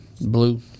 blue